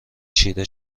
چیره